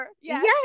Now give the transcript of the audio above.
Yes